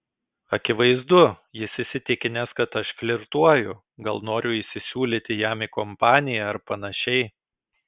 akivaizdu jis įsitikinęs kad aš flirtuoju gal noriu įsisiūlyti jam į kompaniją ar panašiai